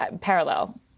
parallel